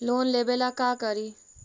Loan लेबे ला का करि?